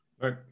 Right